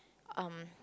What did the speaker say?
um